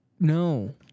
No